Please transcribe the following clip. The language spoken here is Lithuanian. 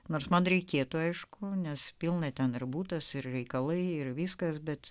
nors man reikėtų aišku nes pilna ten ir butas ir reikalai ir viskas bet